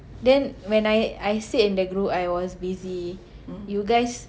then when I I said in the group I was busy you guys